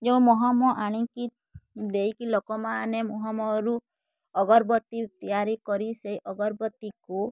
ଯେଉଁ ମହମ ଆଣିକି ଦେଇକି ଲୋକମାନେ ମହମରୁ ଅଗରବତୀ ତିଆରି କରି ସେଇ ଅଗରବତୀକୁ